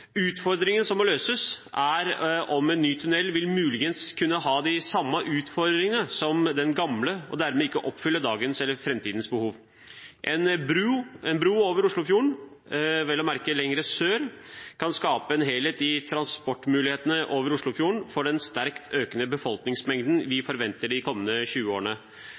Utfordringen som må løses, er om en ny tunnel muligens vil kunne ha de samme utfordringene som den gamle – og dermed ikke oppfylle dagens eller framtidens behov. En bro over Oslofjorden lengre sør kan skape en helhet i transportmulighetene over Oslofjorden for den sterkt økende befolkningen vi forventer de kommende 20 årene.